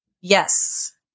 Yes